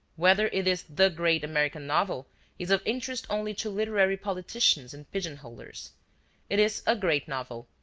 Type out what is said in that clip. whether it is the great american novel is of interest only to literary politicians and pigeon-holers it is a great novel,